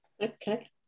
okay